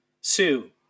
Sue